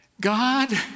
God